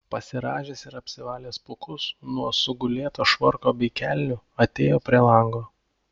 pasirąžęs ir apsivalęs pūkus nuo sugulėto švarko bei kelnių atėjo prie lango